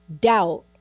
doubt